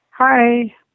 Hi